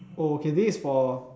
oh okay this is for